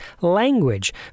language